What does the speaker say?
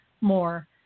more